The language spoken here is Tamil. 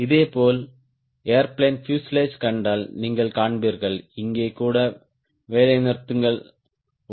இதேபோல் ஏர்பிளேன் பியூசேலாஜ் கண்டால் நீங்கள் காண்பீர்கள் இங்கே கூட வேலைநிறுத்தங்கள் உள்ளன